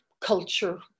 culture